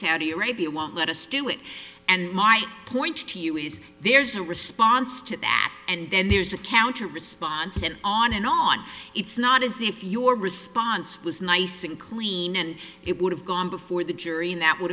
saudi arabia won't let us do it and my point to you is there's a response to that and then there's a counter response and on and on it's not as if your response was nice and clean and it would have gone before the jury and that would